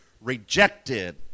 rejected